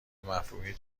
مفهومی